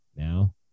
Now